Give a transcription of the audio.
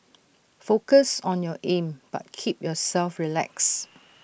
focus on your aim but keep yourself relaxed